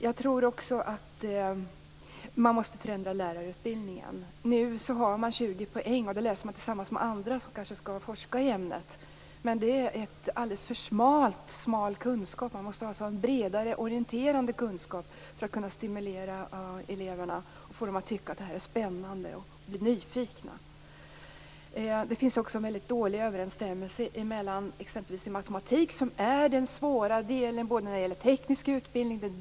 Jag tror också att man måste förändra lärarutbildningen. Nu krävs 20 poäng, och de studierna bedriver man tillsammans med andra, som kanske skall forska i ämnet. Men det är alldeles för smal kunskap. Man måste ha en bredare, orienterande kunskap för att kunna stimulera eleverna och få dem att bli nyfikna och tycka att det här är spännande. Matematiken är den svåra delen i den tekniska utbildningen.